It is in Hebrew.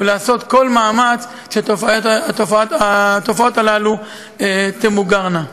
ולעשות כל מאמץ שהתופעות הללו תמוגרנה.